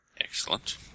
Excellent